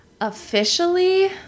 Officially